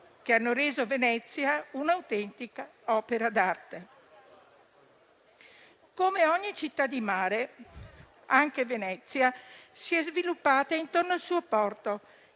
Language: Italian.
che hanno reso Venezia un'autentica opera d'arte. Come ogni città di mare, anche Venezia si è sviluppata intorno al suo porto